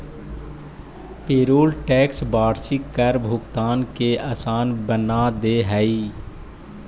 payroll tax वार्षिक कर भुगतान के असान बना दे हई